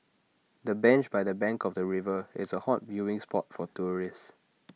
the bench by the bank of the river is A hot viewing spot for tourists